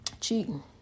Cheating